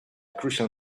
crucial